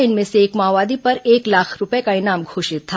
इनमें से एक माओवादी पर एक लाख रूपये का इनाम घोषित था